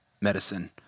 medicine